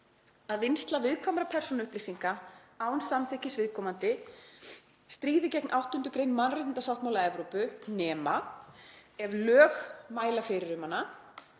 að vinnsla viðkvæmra persónuupplýsinga án samþykkis viðkomandi stríði gegn 8. gr. mannréttindasáttmála Evrópu nema ef lög mæla fyrir um hana,